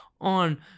on